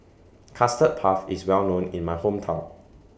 Custard Puff IS Well known in My Hometown